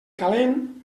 calent